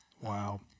Wow